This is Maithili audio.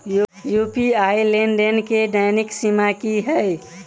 यु.पी.आई लेनदेन केँ दैनिक सीमा की है?